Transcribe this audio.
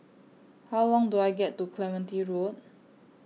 How Long Do I get to Clementi Road